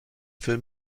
film